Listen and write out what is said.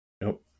Nope